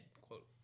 quote